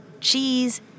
Cheese